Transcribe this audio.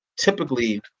typically